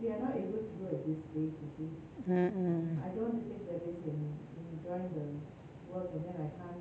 mm mm